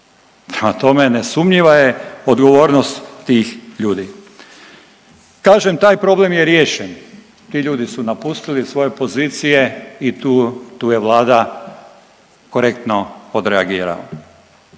tome, nesumnjiva je odgovornost tih ljudi. Kažem taj problem je riješen, ti ljudi su napustili svoje pozicije i tu je vlada korektno odreagirala.